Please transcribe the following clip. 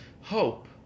hope